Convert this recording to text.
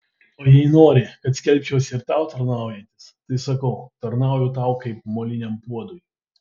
o jei nori kad skelbčiausi ir tau tarnaujantis tai sakau tarnauju tau kaip moliniam puodui